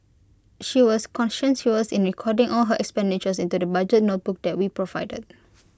she was conscientious she was in recording all her expenditures into the budget notebook that we provided